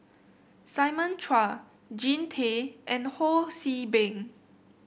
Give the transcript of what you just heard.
Simon Chua Jean Tay and Ho See Beng